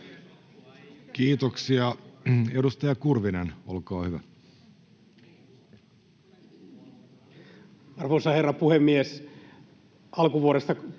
Kiitoksia. — Edustaja Kymäläinen, olkaa hyvä. Arvoisa herra puhemies! On hienoa,